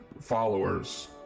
followers